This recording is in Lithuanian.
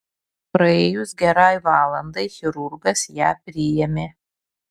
praėjus gerai valandai chirurgas ją priėmė